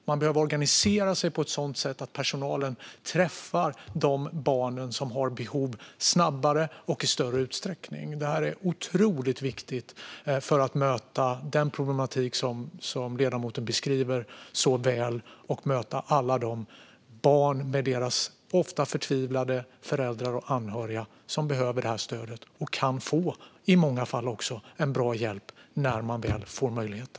De behöver organisera sig på ett sådant sätt att personalen träffar de barn som har behov snabbare och i större utsträckning. Detta är otroligt viktigt för att möta den problematik som ledamoten beskriver så väl och för att möta alla de barn - ofta med förtvivlade föräldrar och anhöriga - som behöver detta stöd och som i många fall också kan få bra hjälp när man väl får möjligheten.